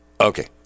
okay